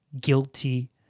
guilty